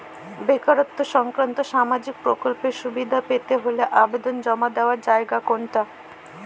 বেকারত্ব সংক্রান্ত সামাজিক প্রকল্পের সুবিধে পেতে হলে আবেদন জমা দেওয়ার জায়গা কোনটা?